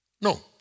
No